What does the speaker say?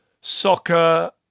soccer